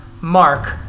Mark